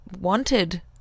wanted